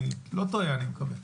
אני לא טועה, אני מקווה.